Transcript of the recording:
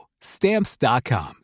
Stamps.com